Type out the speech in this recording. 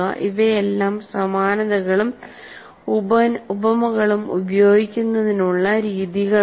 ഇവയെല്ലാം സമാനതകളും ഉപമകളും ഉപയോഗിക്കുന്നതിനുള്ള രീതികളാണ്